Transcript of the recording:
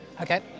Okay